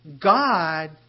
God